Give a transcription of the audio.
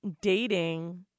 dating